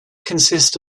consist